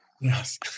Yes